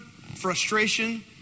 frustration